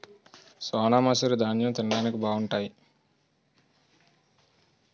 సోనామసూరి దాన్నెం తిండానికి బావుంటాయి